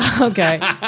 Okay